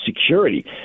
security